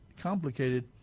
complicated